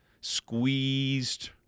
squeezed